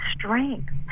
strength